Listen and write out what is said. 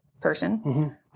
person